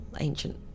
ancient